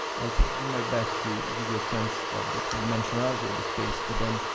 i'll try to do my best to give you a sense of the three-dimensionality of the space. but then,